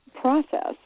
process